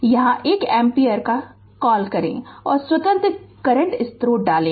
तो यहाँ 1 एम्पीयर क्या कॉल करें और स्वतंत्र करंट सोर्स यहाँ डालें